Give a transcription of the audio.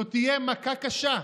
זו תהיה מכה קשה,